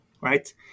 right